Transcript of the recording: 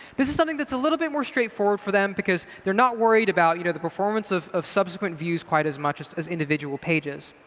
this is something that's a little bit more straightforward for them because they're not worried about you know the performance of of subsequent views quite as much as as individual pages.